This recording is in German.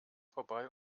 vorbei